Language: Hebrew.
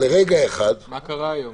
מה קרה היום?